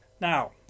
Now